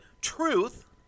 truth